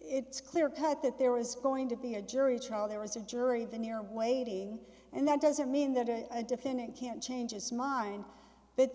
it's clear cut that there was going to be a jury trial there was a jury veneer waiting and that doesn't mean that or a defendant can't change his mind but the